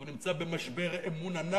הוא נמצא במשבר אמון ענק.